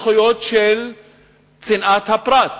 זכויות של צנעת הפרט,